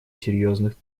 серьезных